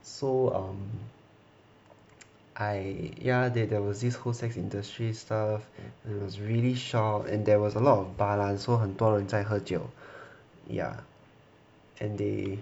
so um I ya there there was this whole sex industry stuff it was really shock and there was a lot of bar lah so 很多人在喝酒 ya and they